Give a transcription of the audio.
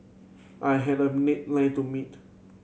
I had a line to meet